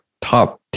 top